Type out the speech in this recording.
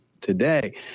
today